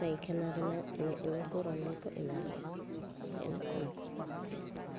ᱯᱟᱭᱠᱷᱟᱱᱟ ᱨᱮᱱᱟᱜ ᱮᱱᱮ ᱤᱱᱟᱹᱠᱚ ᱨᱟᱱ ᱜᱮᱠᱚ ᱮᱢᱟ ᱞᱮᱭᱟ ᱦᱮᱸ ᱠᱚᱢ ᱠᱷᱚᱨᱚᱡ ᱛᱮ